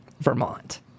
vermont